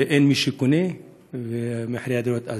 ולא היה מי שקנה במחירי הדירות אז.